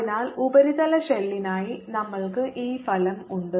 അതിനാൽ ഉപരിതല ഷെല്ലിനായി നമ്മൾക്ക് ഈ ഫലം ഉണ്ട്